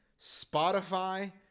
Spotify